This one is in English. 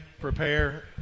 prepare